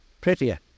prettier